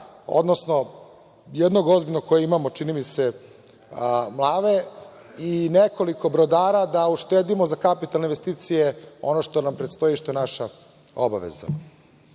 odnosno jednog ozbiljnog kojeg imamo, čini mi se Mlave i nekoliko brodara, da uštedimo za kapitalne investicije, ono što nam predstoji i što je naša obaveza. Pre